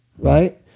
Right